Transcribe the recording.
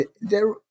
there